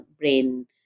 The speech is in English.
brain